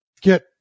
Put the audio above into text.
get